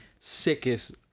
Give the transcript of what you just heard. sickest